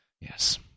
yes